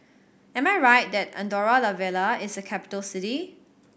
am I right that Andorra La Vella is a capital city